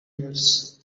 years